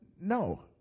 No